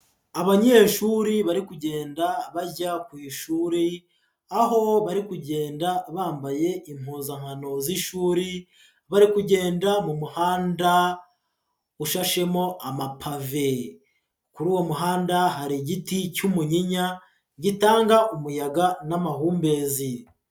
Abanyeshuri bari kugenda bajya ku ishuri, aho bari kugenda bambaye impuzankano z'ishuri, bari kugenda mu muhanda ushashemo amapave. Kuri uwo muhanda hari igiti cy'umunyinya gitanga umuyaga n'amahumbezi.